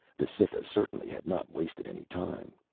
the cytha certainly had not wasted any time.